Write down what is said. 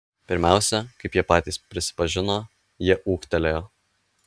pirmiausia kaip patys prisipažino jie ūgtelėjo